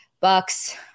Bucks